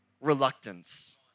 reluctance